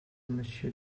monsieur